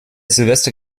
silvester